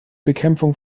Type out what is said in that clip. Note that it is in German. bekämpfung